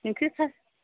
ओंख्रिफोरा